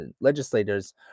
legislators